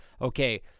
okay